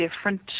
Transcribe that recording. different